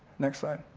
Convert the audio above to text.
next slide.